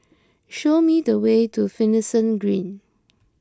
show me the way to Finlayson Green